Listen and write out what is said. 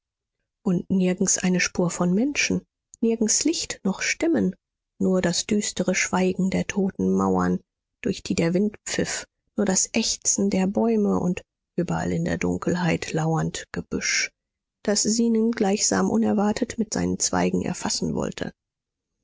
und nirgends eine spur von menschen nirgends licht noch stimmen nur das düstere schweigen der toten mauern durch die der wind pfiff nur das ächzen der bäume und überall in der dunkelheit lauernd gebüsch das zenon gleichsam unerwartet mit seinen zweigen erfassen wollte